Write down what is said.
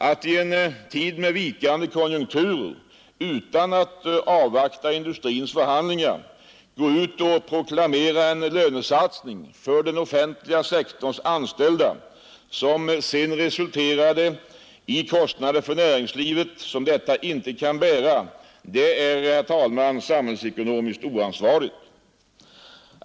Att i en tid med vikande konjunkturer utan att avvakta industrins förhandlingar proklamera en lönesatsning för den offentliga sektorns anställda, vilken resulterade i kostnader för näringslivet som detta inte kan bära, är samhällsekonomiskt oansvarigt.